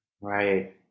Right